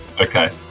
okay